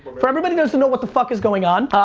for everybody who doesn't know what the fuck is going on,